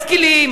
אתם לא משכילים,